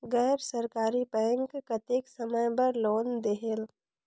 गैर सरकारी बैंक कतेक समय बर लोन देहेल?